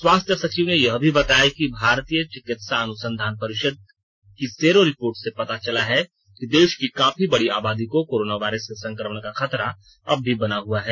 स्वास्थ्य सचिव ने यह भी बताया कि भारतीय चिकित्सा अनुसंधान परिषद की सेरो रिपोर्ट से पता चला है कि देश की काफी बड़ी आबादी को कोरोना वायरस के संक्रमण का खतरा अब भी बना हुआ है